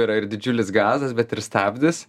yra ir didžiulis gazas bet ir stabdis